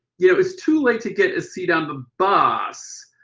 you know, it's too late to get a seat on the bus.